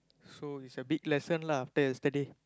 so it's a big lesson lah after yesterday